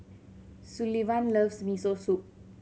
Sullivan loves Miso Soup